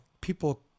people